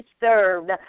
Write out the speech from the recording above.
served